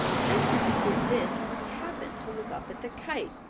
just as he did this he happened to look up at the kite.